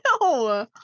No